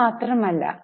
ഇത് മാത്രം അല്ല